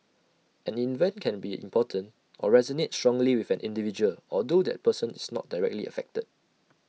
an event can be important or resonate strongly with an individual although that person is not directly affected